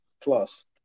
plus